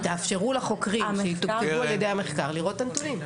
תאפשרו לחוקרים שיתוקצבו על ידי המחקר לראות את הנתונים.